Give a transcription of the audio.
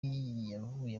yavuye